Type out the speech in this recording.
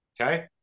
Okay